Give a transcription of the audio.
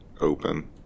open